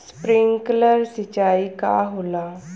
Sprinkler सिंचाई का होला?